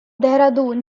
dehradun